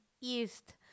East